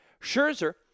Scherzer